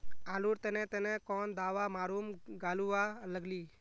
आलूर तने तने कौन दावा मारूम गालुवा लगली?